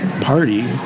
party